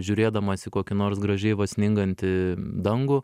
žiūrėdamas į kokį nors gražiai va sningantį dangų